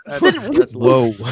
Whoa